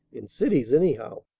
in cities anyhow.